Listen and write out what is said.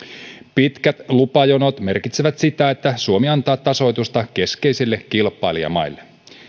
pitkät lupajonot merkitsevät sitä että suomi antaa tasoitusta keskeisille kilpailijamaille